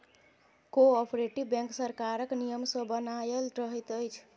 cooperative bank सरकारक नियम सॅ बन्हायल रहैत अछि